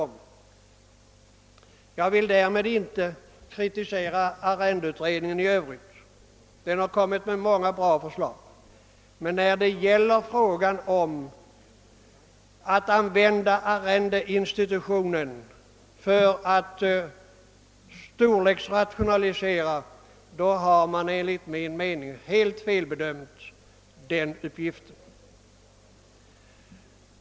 Därmed vill jag inte kritisera arrendelagsutredningen i övrigt, ty den har kommit med många bra förslag, men när det gäller att använda arrendeinstitutionen för att storleksrationalisera har man enligt min mening helt felbedömt uppgiften.